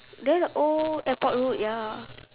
there the old airport road ya